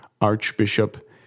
Archbishop